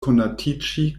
konatiĝi